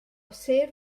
sir